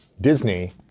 Disney